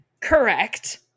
Correct